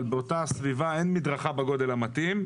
אבל באותה הסביבה אין מדרכה בגודל המתאים.